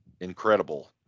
incredible